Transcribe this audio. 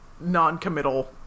non-committal